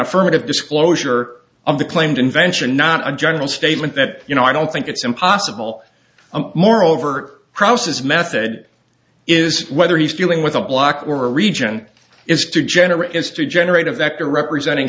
affirmative disclosure of the claimed invention not a general statement that you know i don't think it's impossible moreover process method is whether he's dealing with a block or a region is to generate is to generate of that they're representing